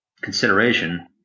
consideration